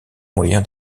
moyen